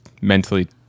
mentally